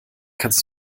kannst